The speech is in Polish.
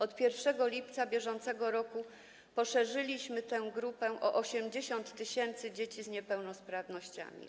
Od 1 lipca br. poszerzyliśmy tę grupę o 80 tys. dzieci z niepełnosprawnościami.